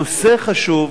הנושא חשוב,